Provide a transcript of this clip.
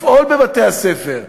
לפעול בבתי-הספר,